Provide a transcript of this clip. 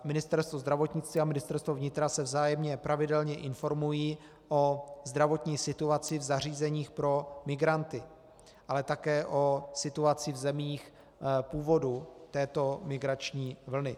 Ministerstvo zdravotnictví a Ministerstvo vnitra se vzájemně pravidelně informují o zdravotní situaci v zařízeních pro migranty, ale také o situaci v zemích původu této migrační vlny.